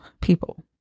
People